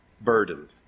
burdened